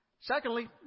Secondly